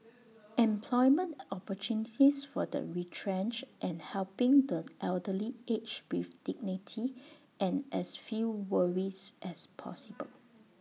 employment opportunities for the retrenched and helping the elderly age with dignity and as few worries as possible